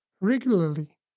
regularly